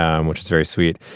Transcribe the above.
um which is very sweet.